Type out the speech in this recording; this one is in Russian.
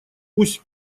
пусть